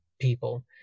people